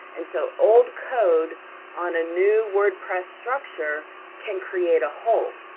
and so old code on a new wordpress structure can create a hole,